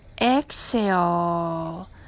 Exhale